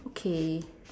okay